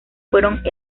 fueron